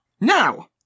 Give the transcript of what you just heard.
Now